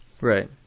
Right